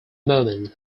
moment